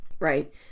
Right